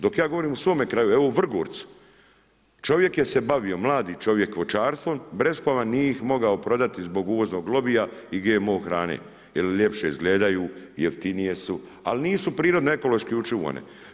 Dok ja govorim o svome kraju evo o Vrgorcu čovjek je se bavio, mladi čovjek voćarstvo breskvama nije ih mogao prodati zbog uvoznog lobija i GMO hrane jel ljepše izgledaju, jeftinije su ali nisu prirodne ekološki učuvane.